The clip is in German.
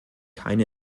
keine